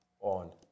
on